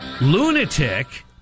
lunatic